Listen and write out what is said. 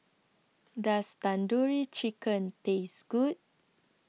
Does Tandoori Chicken Taste Good